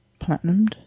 platinumed